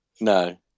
No